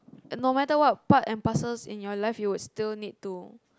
no matter what parts and parcels in your life you would still need to